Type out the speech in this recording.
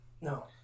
No